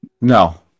No